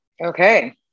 Okay